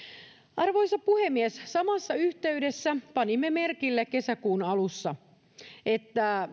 arvoisa puhemies samassa yhteydessä panimme merkille kesäkuun alussa että